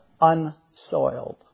unsoiled